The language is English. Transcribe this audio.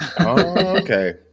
Okay